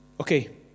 Okay